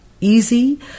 easy